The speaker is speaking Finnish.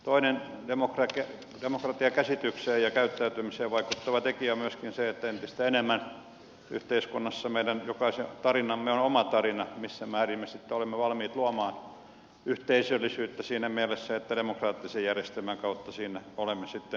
toinen demokratiakäsitykseen ja käyttäytymiseen vaikuttava tekijä on myöskin se että entistä enemmän yhteiskunnassa meidän jokaisen tarina on oma tarinamme missä määrin me sitten olemme valmiit luomaan yhteisöllisyyttä siinä mielessä että demokraattisen järjestelmän kautta siinä olemme sitten mukana